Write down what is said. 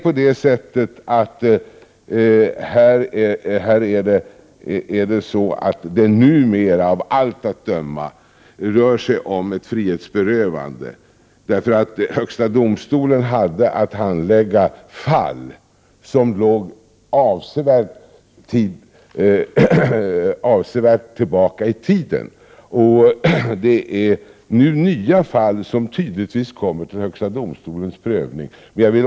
Av allt att döma innebär kommunarrest numera ett frihetsberövande. Högsta domstolen hade att handlägga fall som låg avsevärt tillbaka i tiden. Det är nu nya fall som tydligen kommer till högsta domstolens prövning.